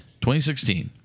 2016